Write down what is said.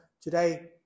today